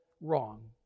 wrong